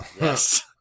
Yes